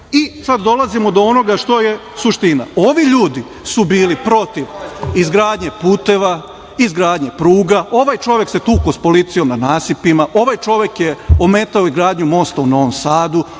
dolazimo do onoga što je suština. Ovi ljudi su bili protiv izgradnje puteva, izgradnje pruga. Ovaj čovek se tukao sa policijom na nasipima, ovaj čovek je ometao izgradnju mosta u Novom Sadu.